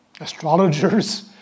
astrologers